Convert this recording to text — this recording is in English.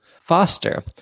foster